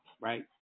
right